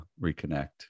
reconnect